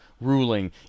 ruling